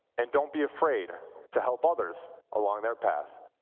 and don't be afraid to help others along their path.